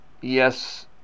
Yes